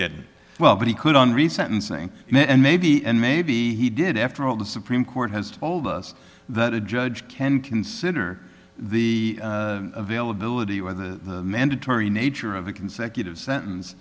did well but he couldn't resentencing and maybe and maybe he did after all the supreme court has told us that a judge can consider the availability or the mandatory nature of the consecutive sentence